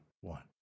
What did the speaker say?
one